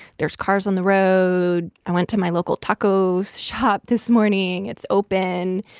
there's cars on the road. i went to my local taco shop this morning. it's open.